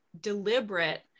deliberate